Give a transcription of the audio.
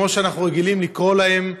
כמו שאנחנו רגילים לקרוא להם,